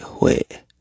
wait